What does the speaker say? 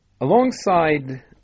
Alongside